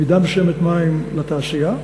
במידה מסוימת מים לתעשייה,